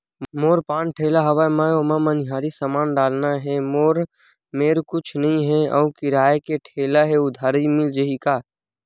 मोर पान ठेला हवय मैं ओमा मनिहारी समान डालना हे मोर मेर कुछ नई हे आऊ किराए के ठेला हे उधारी मिल जहीं का?